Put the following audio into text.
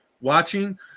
watching